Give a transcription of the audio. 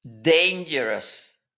dangerous